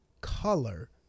color